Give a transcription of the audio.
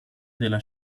della